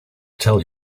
tell